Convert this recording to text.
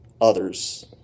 others